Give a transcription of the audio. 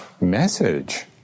message